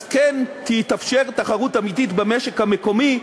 אז כן תתאפשר תחרות אמיתית במשק המקומי.